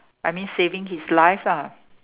I mean saving his life lah